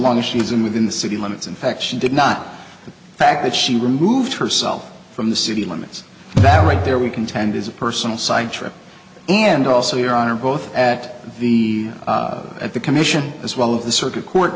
long as she was in within the city limits in fact she did not the fact that she removed herself from the city limits that right there we contend is a personal side trip and also your honor both at the at the commission as well of the circuit court